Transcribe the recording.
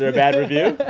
ah bad review?